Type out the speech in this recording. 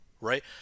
right